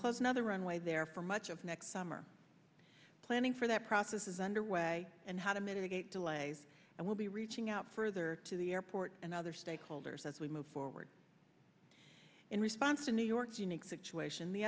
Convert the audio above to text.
close another runway there for much of next summer planning for that process is underway and how to mitigate delays and we'll be reaching out further to the airport and other stakeholders as we move forward in response to new york's unique situation the